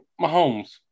Mahomes